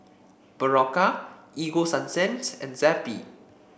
Berocca Ego Sunsense and Zappy